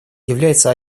является